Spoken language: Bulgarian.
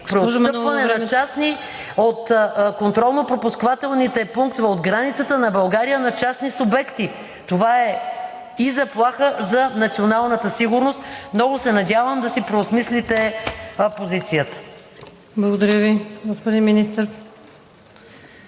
Преотстъпване на части от контролно-пропускателните пунктове, от граница на България на частни субекти. Това е и заплаха за националната сигурност. Много се надявам да си преосмислите позицията. ПРЕДСЕДАТЕЛ ВИКТОРИЯ